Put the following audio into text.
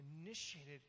initiated